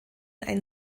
ein